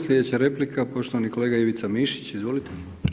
Slijedeća replika poštovani kolega Ivica Mišić, izvolite.